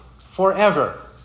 forever